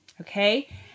Okay